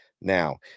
Now